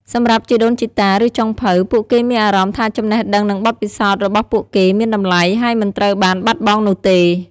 សម្រាប់ ជីដូនជីតា ឬចុងភៅ ពួកគេមានអារម្មណ៍ថាចំណេះដឹងនិងបទពិសោធន៍របស់ពួកគេមានតម្លៃ ហើយមិនត្រូវបានបាត់បង់នោះទេ។